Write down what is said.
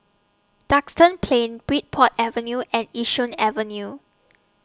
Duxton Plain Bridport Avenue and Yishun Avenue